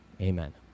Amen